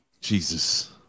Jesus